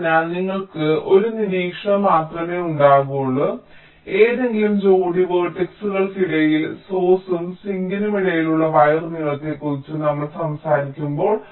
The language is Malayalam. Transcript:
അതിനാൽ നിങ്ങൾക്ക് ഒരു നിരീക്ഷണം മാത്രമേ ഉണ്ടാകൂ ഏതെങ്കിലും ജോഡി വേർട്ടക്സുകൾക്കിടയിൽ സോഴ്സ്നും സിങ്കിനും ഇടയിലുള്ള വയർ നീളത്തെക്കുറിച്ച് നമ്മൾ സംസാരിക്കുമ്പോൾ